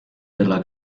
della